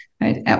right